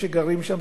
זאת ההזדמנות.